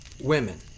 women